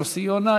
יוסי יונה,